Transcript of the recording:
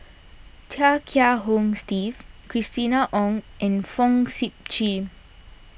Chia Kiah Hong Steve Christina Ong and Fong Sip Chee